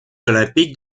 olympiques